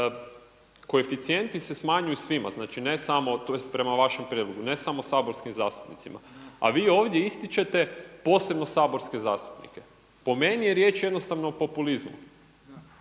koeficijenti se smanjuju svima, znači ne samo, tj. prema vašem prijedlogu, ne samo saborskim zastupnicima a vi ovdje ističete posebno saborske zastupnike. Po meni je riječ jednostavno o populizmu.